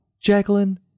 Jacqueline